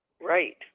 Right